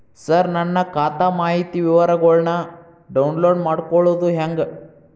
ಸರ ನನ್ನ ಖಾತಾ ಮಾಹಿತಿ ವಿವರಗೊಳ್ನ, ಡೌನ್ಲೋಡ್ ಮಾಡ್ಕೊಳೋದು ಹೆಂಗ?